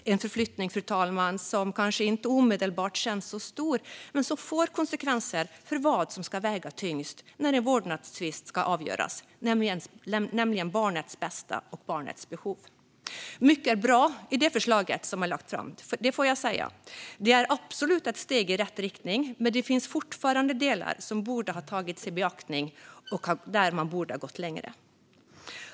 Detta är, fru talman, en förflyttning som kanske inte omedelbart känns så stor men som får konsekvenser för vad som ska väga tyngst när en vårdnadstvist ska avgöras, nämligen barnets bästa och barnets behov. Mycket är bra i det förslag som har lagts fram; det får jag säga. Det är absolut ett steg i rätt riktning, men det finns fortfarande delar som borde ha tagits i beaktande och där man borde ha gått längre.